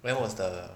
where was the